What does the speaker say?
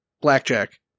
blackjack